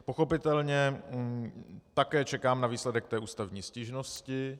Pochopitelně také čekám na výsledek té ústavní stížnosti.